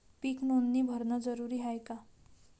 पीक नोंदनी भरनं जरूरी हाये का?